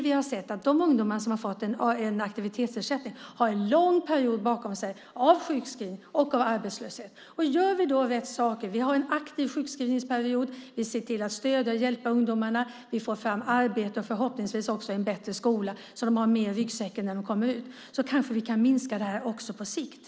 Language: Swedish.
Vi har sett att de ungdomar som har fått en aktivitetsersättning har en lång period bakom sig av sjukskrivning och arbetslöshet. Gör vi rätt saker - har en aktiv sjukskrivningsperiod, ser till att stödja och hjälpa ungdomarna, får fram arbete och förhoppningsvis också en bättre skola så att de har mer i ryggsäcken när de kommer ut - så kanske vi kan minska detta också på sikt.